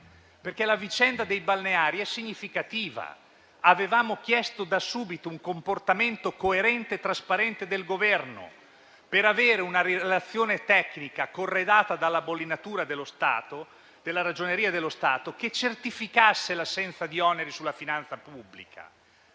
perché la vicenda dei balneari è significativa. Avevamo chiesto da subito un comportamento coerente e trasparente del Governo per avere una relazione tecnica, corredata dalla bollinatura della Ragioneria generale dello Stato, che certificasse l'assenza di oneri sulla finanza pubblica.